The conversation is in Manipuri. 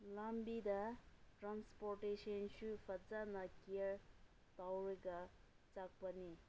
ꯂꯝꯕꯤꯗ ꯇ꯭ꯔꯥꯟꯁꯄꯣꯔꯇꯦꯁꯟꯁꯨ ꯐꯖꯅ ꯀꯤꯌꯔ ꯇꯧꯔꯒ ꯆꯠꯄꯅꯤ